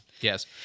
Yes